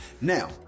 Now